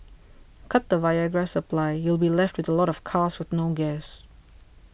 cut the Viagra supply you'll be left with a lot of cars with no gas